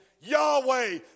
Yahweh